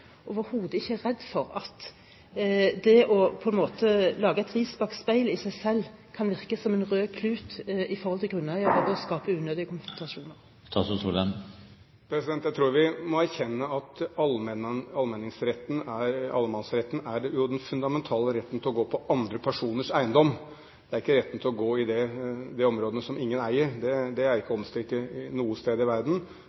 overhodet ikke er redd for at det – på en måte – å lage et ris bak speilet i seg selv kan virke som en rød klut i forhold til grunneierne og skape unødige konfrontasjoner. Jeg tror vi må erkjenne at allemannsretten er den fundamentale retten til å gå på andre personers eiendom. Det er ikke retten til å gå i de områdene som ingen eier. Det er ikke omstridt noe sted i verden. Det som er